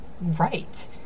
right